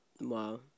Wow